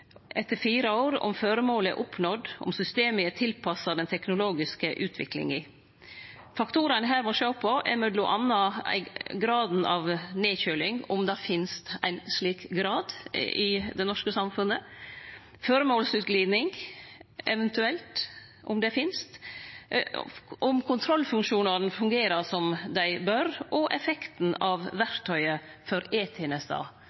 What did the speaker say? etter fire år – om føremålet er oppnådd, og om systemet er tilpassa den teknologiske utviklinga. Faktorane me her må sjå på, er m.a. graden av nedkjøling og om det finst ein slik grad i det norske samfunnet, føremålsutgliding eventuelt, om det finst, om kontrollfunksjonane fungerer som dei bør, og effekten av